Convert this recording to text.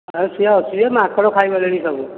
ଆଉ ସେ ଅଛି ଯେ ମାଙ୍କଡ଼ ଖାଇଗଲେଣି ସବୁ